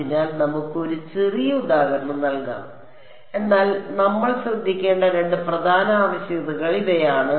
അതിനാൽ നമുക്ക് ഒരു ചെറിയ ഉദാഹരണം നൽകാം എന്നാൽ നമ്മൾ ശ്രദ്ധിക്കേണ്ട രണ്ട് പ്രധാന ആവശ്യകതകൾ ഇവയാണ്